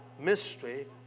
mystery